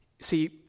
See